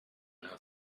nur